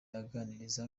aganiriza